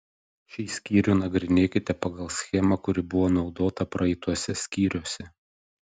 šį skyrių nagrinėkite pagal schemą kuri buvo naudota praeituose skyriuose